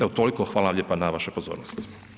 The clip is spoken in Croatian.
Evo toliko, hvala vam lijepa na vašoj pozornosti.